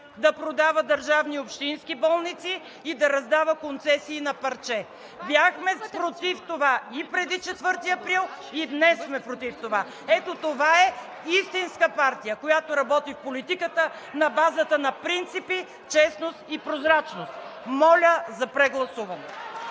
да продава държавни и общински болници и да раздава концесии на парче. Бяхме против това преди 4 април и днес сме против това. Ето това е истинска партия, която работи в политиката на базата на принципи, честност и прозрачност! Моля за прегласуване.